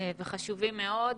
וחשובים מאוד.